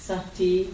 Sati